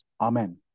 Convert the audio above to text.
Amen